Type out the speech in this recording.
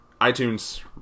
iTunes